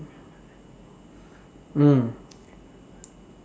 mm